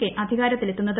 K അധികാരത്തിലെത്തുന്നത്